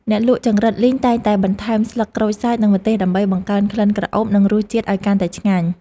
អ្នកលក់ចង្រិតលីងតែងតែបន្ថែមស្លឹកក្រូចសើចនិងម្ទេសដើម្បីបង្កើនក្លិនក្រអូបនិងរសជាតិឱ្យកាន់តែឆ្ងាញ់។